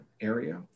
area